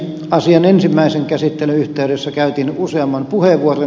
asian ensimmäisen käsittelyn yhteydessä käytin useamman puheenvuoron